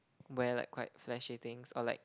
wear like quite flashy things or like